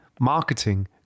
marketing